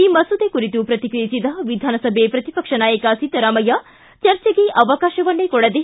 ಈ ಮಸೂದೆ ಕುರಿತು ಪ್ರತಿಕ್ರಿಯಿಸಿದ ವಿಧಾನಸಭೆ ಪ್ರತಿಪಕ್ಷ ನಾಯಕ ಸಿದ್ದರಾಮಯ್ಯ ಚರ್ಚೆಗೆ ಅವಕಾಶವನ್ನೇ ಕೊಡದೆ